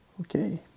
Okay